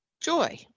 Joy